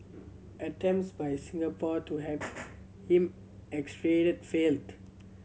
attempts by Singapore to have him extradited failed